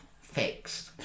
fixed